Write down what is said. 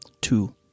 Two